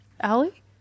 Allie